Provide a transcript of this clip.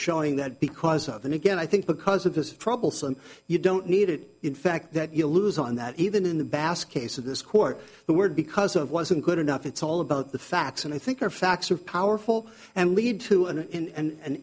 showing that because of the new again i think because of this troublesome you don't need it in fact that you lose on that even in the basket case of this court the word because of wasn't good enough it's all about the facts and i think our facts of powerful and lead to an